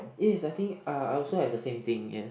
yes I think uh I also have the same thing yes